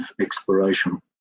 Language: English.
exploration